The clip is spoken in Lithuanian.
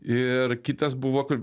ir kitas buvo kur